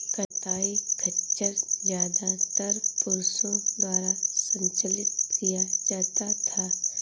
कताई खच्चर ज्यादातर पुरुषों द्वारा संचालित किया जाता था